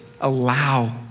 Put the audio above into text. allow